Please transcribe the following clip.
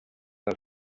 del